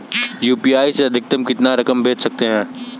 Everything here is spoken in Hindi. यू.पी.आई से अधिकतम कितनी रकम भेज सकते हैं?